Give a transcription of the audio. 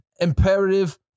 imperative